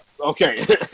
Okay